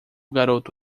garoto